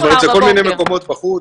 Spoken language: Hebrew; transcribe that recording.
זאת אומרת זה כל מיני מקומות בחוץ,